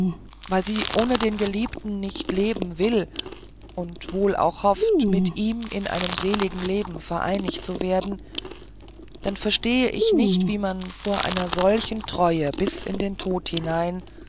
weil sie ohne den geliebten nicht leben will und wohl auch hofft mit ihm in einem seligen leben vereinigt zu werden dann verstehe ich nicht wie man vor einer solchen treue bis in den tod hinein